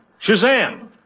Shazam